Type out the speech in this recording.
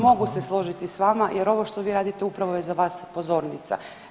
Mogu se složiti s vama jer ovo što vi radite upravo je za vas pozornica.